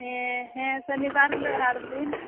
ᱦᱮᱸ ᱦᱮᱸ ᱥᱚᱱᱤᱵᱟᱨ ᱦᱤᱞᱳᱜ ᱦᱟᱴ ᱫᱤᱱ